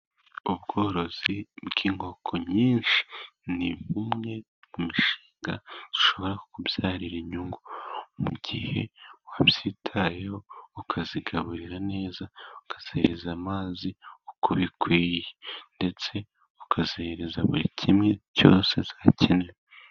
Ubworozi bw'inkoko nyinshi, ni bumwe mu mishinga ishobora kukubyarira inyungu mu gihe wabyitayeho, ukazigaburira neza, ukaziha amazi uko bikwiye ndetse ukaziha buri kimwe cyose zakenera.